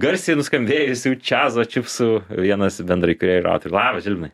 garsiai nuskambėjusių čiazo čipsų vienas bendraįkūrėjų ir autorių labas žilvinai